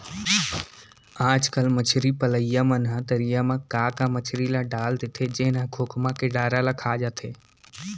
आजकल मछरी पलइया मन ह तरिया म का का मछरी ल डाल देथे जेन ह खोखमा के डारा ल खा जाथे